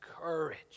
courage